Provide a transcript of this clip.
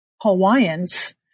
Hawaiians